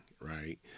right